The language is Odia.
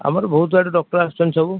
ଆମର ବହୁତ ଆଡ଼ୁ ଡକ୍ଟର ଆସୁଛନ୍ତି ସବୁ